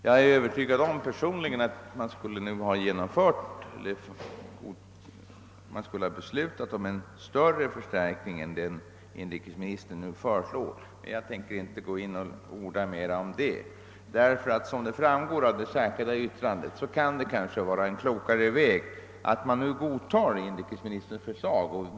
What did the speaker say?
Jag är personligen övertygad om att man borde ha beslutat om en större förstärkning än den som inrikesministern nu föreslår, men jag tänker inte orda mycket om det. Som framgår av det särskilda yttrandet kan det vara lämpligt att nu godta inrikesministerns förslag.